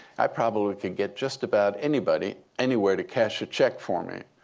i probably could get just about anybody anywhere to cash a check for me.